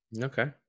Okay